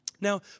Now